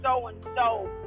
so-and-so